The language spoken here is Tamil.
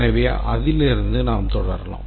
எனவே அதிலிருந்து நாம் தொடரலாம்